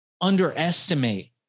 underestimate